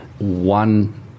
one